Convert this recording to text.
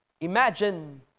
Imagine